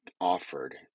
offered